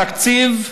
בתקציב,